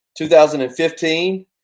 2015